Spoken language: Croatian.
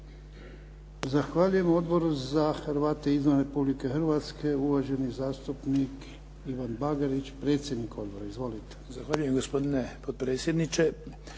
Zahvaljujem. Odbor za Hrvate izvan Republike Hrvatske, uvaženi zastupnik Ivan Bagarić, predsjednik Odbora. Izvolite. **Bagarić, Ivan (HDZ)** Zahvaljujem, gospodine potpredsjedniče.